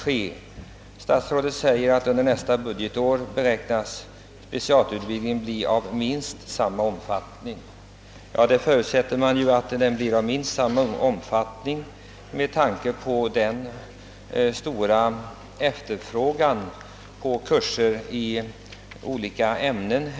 Statsrådet säger att under nästa budgetår beräknas specialutbildningen bli av minst samma omfattning som hittills. Ja, det förutsätter man naturligtvis att den blir med tanke på den stora efterfrågan på kurser i olika ämnen.